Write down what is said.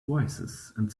voicesand